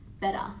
better